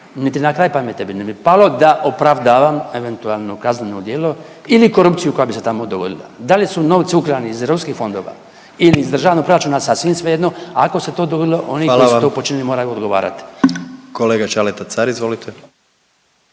niti na kraj pameti mi ne bi palo da opravdavam eventualno kazneno djelo ili korupciju koja bi se tamo dogodila. Da li su novci ukrani iz europskih fondova ili iz državnog proračuna, sasvim svejedno ako se to dogodilo …/Upadica predsjednik: Hvala